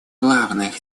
главных